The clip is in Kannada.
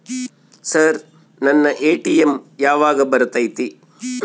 ಸರ್ ನನ್ನ ಎ.ಟಿ.ಎಂ ಯಾವಾಗ ಬರತೈತಿ?